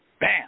Bam